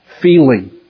feeling